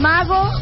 Mago